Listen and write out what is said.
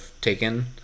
taken